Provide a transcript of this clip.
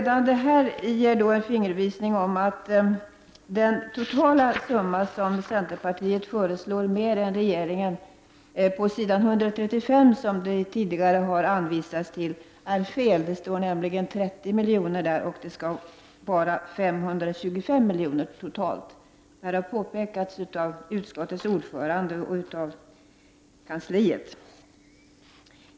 Detta ger en fingervisning om att den totala summa som centern föreslår är en annan än den som det tidigare hänvisats till. Det står nämligen 30 milj.kr. på s. 135. Det skall alltså totalt vara 525 milj.kr. — något som har påpekats av utskottets ordförande och av kansliet.